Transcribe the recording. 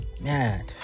Man